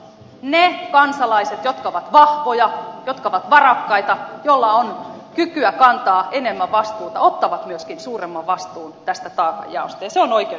ne kansalaiset jotka ovat vahvoja jotka ovat varakkaita joilla on kykyä kantaa enemmän vastuuta ottavat myöskin suuremman vastuun tästä taakanjaosta ja se on oikeudenmukaista